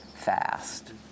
fast